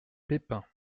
peipin